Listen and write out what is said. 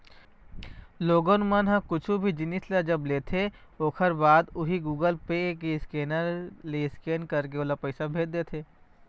लोगन मन ह कुछु भी जिनिस जब लेथे ओखर बाद उही गुगल पे के स्केनर ले स्केन करके ओला पइसा भेज देथे